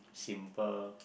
simple